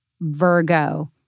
Virgo